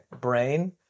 brain